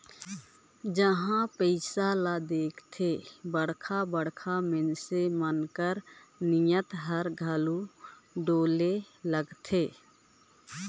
जिहां पइसा ल देखथे बड़खा बड़खा मइनसे मन कर नीयत हर घलो डोले लगथे